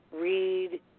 Read